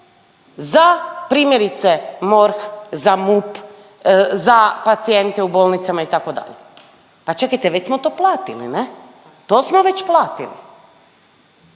za primjerice MORH, za MUP, za pacijente u bolnicama itd. Pa čekajte već smo to platili ne, to smo već platili.